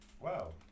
Wow